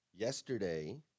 Yesterday